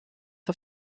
auf